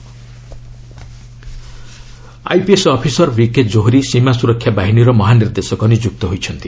BSF DG IPS officer VK Johri ସୀମା ସ୍ୱରକ୍ଷା ବାହିନୀର ମହାନିର୍ଦ୍ଦେଶକ ନିଯୁକ୍ତ ହୋଇଛନ୍ତି